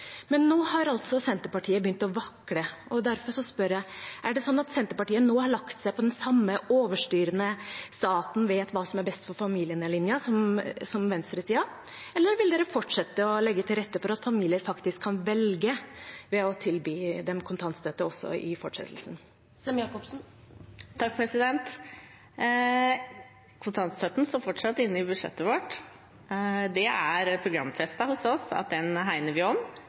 Men nå har altså Senterpartiet begynt å vakle, og derfor spør jeg: Er det sånn at Senterpartiet nå har lagt seg på den samme overstyrende staten-vet-hva-som-er-best-for-familiene-linja, som venstresiden har? Eller vil partiet fortsette å legge til rette for at familier faktisk kan velge, ved å tilby dem kontantstøtte også i fortsettelsen? Kontantstøtten står fortsatt inne i budsjettet vårt. Det er programfestet hos oss at vi hegner om den, men det ligger an til at det kan bli en diskusjon om